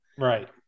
Right